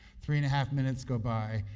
three-and-a-half minutes go by.